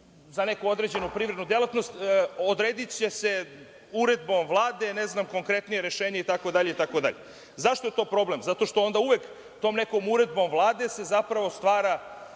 za neku određenu privrednu delatnost – odrediće se uredbom Vlade konkretnije rešenje, itd, itd.Zašto je to problem? Zato što se onda uvek tom nekom uredbom Vlade zapravo stvara